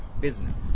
business